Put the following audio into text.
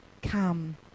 Come